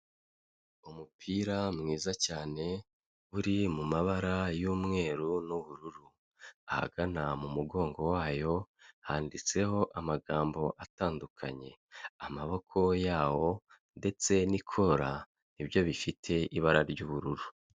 Umupira mwiza cyane uri mu mabara y'umweru n'ubururu, ahagana mu mugongo wayo handitseho amagambo atandukanye, amaboko yawo ndetse n'ikora n'ibyo bifite ibara ry'ubururu.